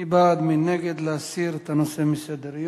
מי בעד, מי נגד להסיר את הנושא מסדר-היום?